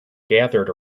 gathered